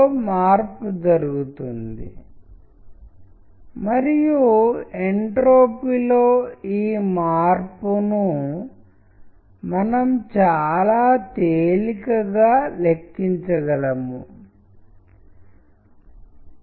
కాబట్టి ఎవరైనా తిరిగి వచ్చి అతని లేదా ఆమె టైప్రైటర్ వద్ద కూర్చుని దీన్ని ప్రదర్శించడం ఈ పాయింట్ని టైప్ చేయడం వంటి వాటి అనుబంధాన్ని ఇది ఇస్తుంది